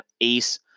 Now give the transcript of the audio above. Ace